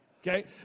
okay